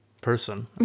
Person